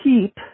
keep